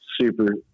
super